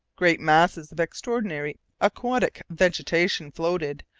great masses of extraordinary aquatic vegetation floated,